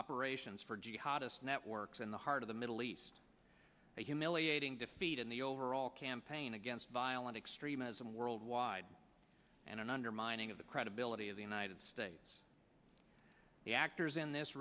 operations for jihad us networks in the heart of the middle east a humiliating defeat in the overall campaign against violent extremism worldwide and an undermining of the credibility of the united states the actors in this